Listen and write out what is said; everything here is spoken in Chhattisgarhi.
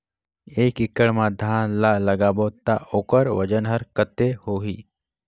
एक एकड़ मा धान ला लगाबो ता ओकर वजन हर कते होही?